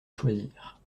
choisir